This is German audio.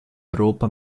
europa